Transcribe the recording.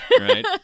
right